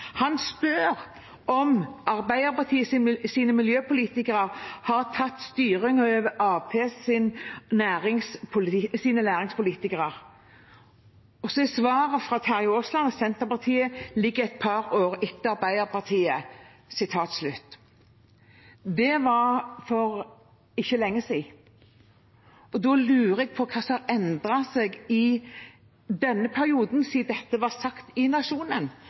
miljøpolitikere har tatt styringen over Aps næringspolitikere. – Sp ligger hele tiden et par år etter Ap, svarer Terje Aasland Det var for ikke lenge siden. Da lurer jeg på hva som har endret seg i denne perioden, fra dette ble sagt i Nationen